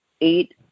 eight